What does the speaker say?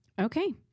Okay